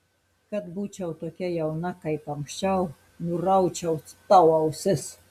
kad būčiau tokia jauna kaip anksčiau nuraučiau tau ausis